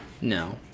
no